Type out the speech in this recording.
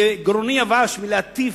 גרוני יבש מלהטיף,